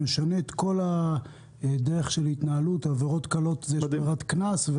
חוק שמשנה את כל דרך ההתנהלות כאשר במקרים של עבירות קלות יש ברירת קנס.